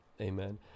Amen